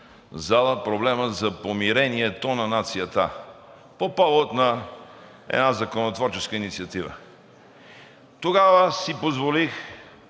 зала проблема за помирението на нацията. По повод на една законотворческа инициатива. Тогава си позволих